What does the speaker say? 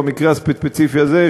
במקרה הספציפי הזה,